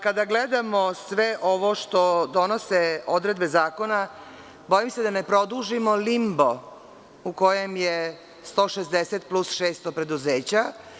Kada gledamo sve ovo što donose odredbe zakona, bojim se da ne produžimo limbo u kojem je 160 plus 600 preduzeća.